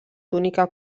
túnica